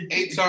Eight